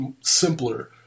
simpler